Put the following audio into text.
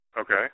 Okay